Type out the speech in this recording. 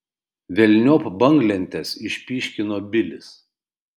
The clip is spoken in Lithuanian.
velniop banglentes išpyškino bilis